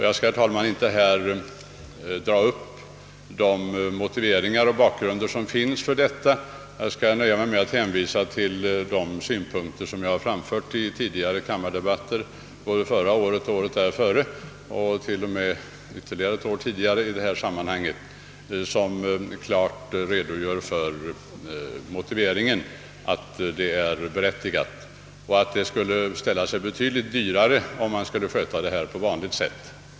Jag skall inte här anföra de motiveringar som finns för detta krav, utan jag skall nöja mig med att hänvisa till de synpunkter som jag anförde i kammardebatterna både förra året, året före och t.o.m. ytterligare ett år förut, som klargör att arbetet skulle bli betydligt dyrare om det sköttes på vanligt sätt.